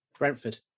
Brentford